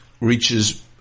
reaches